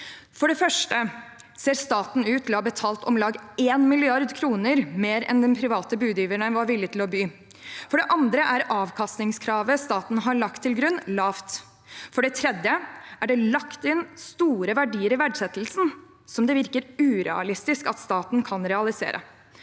For det første ser staten ut til å ha betalt om lag 1 mrd. kr mer enn de private budgiverne var villige til å by. For det andre er avkastningskravet staten har lagt til grunn, lavt. For det tredje er det lagt inn store verdier i verdsettelsen som det virker urealistisk at staten kan realisere.